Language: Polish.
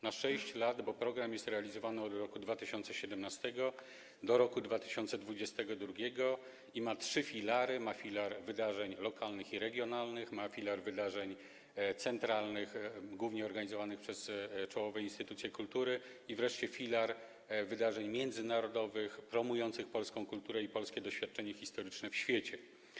Na 6 lat, bo program jest realizowany od roku 2017 do roku 2022 i ma trzy filary - ma filar wydarzeń lokalnych i regionalnych, ma filar wydarzeń centralnych, organizowanych głównie przez czołowe instytucje kultury, i wreszcie filar wydarzeń międzynarodowych, promujących polską kulturę i polskie doświadczenie historyczne w świecie.